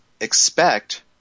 expect